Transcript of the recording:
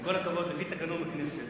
עם כל הכבוד, לפי תקנון הכנסת,